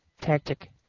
tactic